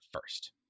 first